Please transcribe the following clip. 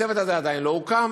הצוות הזה עדיין לא הוקם.